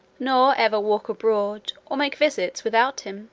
nor ever walk abroad, or make visits, without him